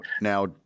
now